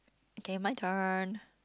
K my turn